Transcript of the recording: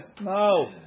no